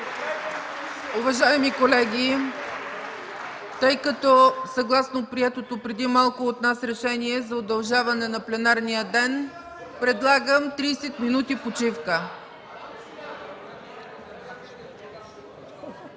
Уважаеми колеги, съгласно приетото преди малко от нас решение за удължаване на пленарния ден, предлагам 30 минути почивка.